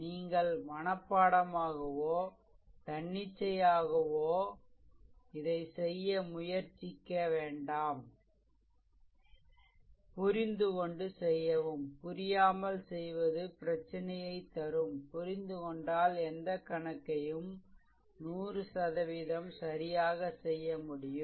நீங்கள் மனப்பாடமாகவோ தன்னிச்சையாகவே இதை செய்ய முயற்சிக்க வேண்டாம் புரிந்துகொண்டு செய்யவும் புரியாமல் செய்வது பிரச்சினையை தரும் புரிந்துகொண்டால் எந்த கணக்கையும் 100 சரியாக செய்யமுடியும்